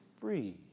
free